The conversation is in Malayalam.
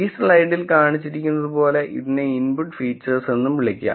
ഈ സ്ലൈഡിൽ കാണിച്ചിരിക്കുന്നതുപോലെ ഇതിനെ ഇൻപുട്ട് ഫീച്ചേഴ്സ് എന്നും വിളിക്കാം